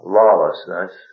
lawlessness